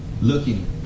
looking